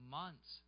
months